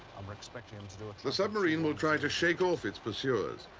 we're expecting them to do the submarine will try to shake off its pursuers,